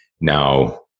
now